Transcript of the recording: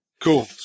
Cool